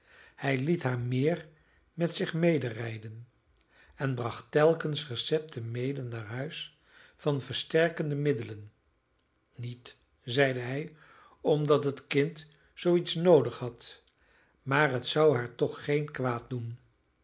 hij liet haar meer met zich mederijden en bracht telkens recepten mede naar huis van versterkende middelen niet zeide hij omdat het kind zoo iets noodig had maar het zou haar toch geen kwaad doen